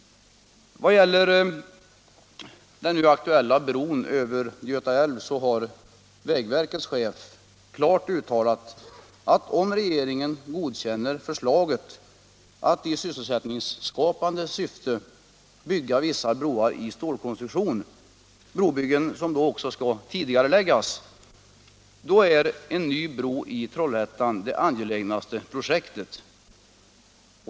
Vad gäller den nu aktuella bron över Göta älv har vägverkets chef klart uttalat att om regeringen godkänner förslaget att man i sysselsättningsskapande syfte skall kunna bygga vissa broar i stålkonstruktion — brobyggen som då skulle kunna tidigareläggas — är den nya bron i Trollhättan det angelägnaste projektet.